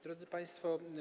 Drodzy Państwo!